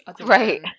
Right